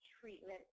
treatment